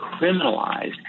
criminalized